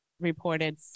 reported